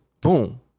boom